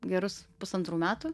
gerus pusantrų metų